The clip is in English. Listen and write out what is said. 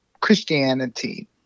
Christianity